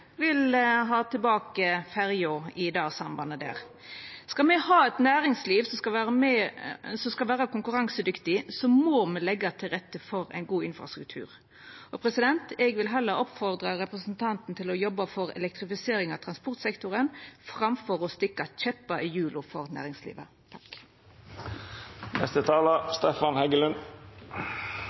vil ha tilbake ferja i det sambandet. Skal me ha eit næringsliv som skal vera konkurransedyktig, må me leggja til rette for ein god infrastruktur. Eg vil oppfordra representanten til å jobba for elektrifisering av transportsektoren framfor å stikka kjeppar i hjula for næringslivet.